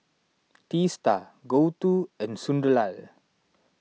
Teesta Gouthu and Sunderlal